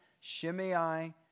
Shimei